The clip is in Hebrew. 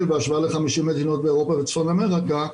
בהשוואה ל-50 מדינות באירופה וצפון אמריקה.